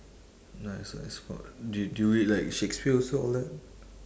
do do you read like shakespeare also all that